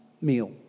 meal